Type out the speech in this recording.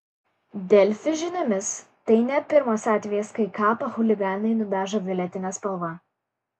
delfi žiniomis tai ne pirmas atvejis kai kapą chuliganai nudažo violetine spalva